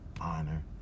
honor